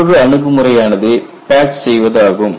மற்றொரு அணுகுமுறை ஆனது பேட்ச் செய்வதாகும்